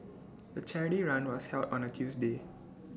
the charity run was held on A Tuesday